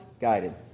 guided